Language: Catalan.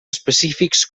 específics